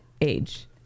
age